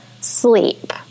sleep